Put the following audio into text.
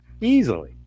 Easily